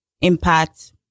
impact